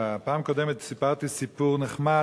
בפעם הקודמת סיפרתי סיפור נחמד,